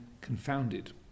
confounded